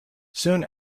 soon